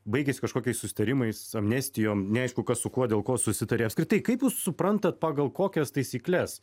baigėsi kažkokiais susitarimais amnestijom neaišku kas su kuo dėl ko susitarė apskritai kaip jūs suprantat pagal kokias taisykles